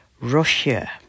Russia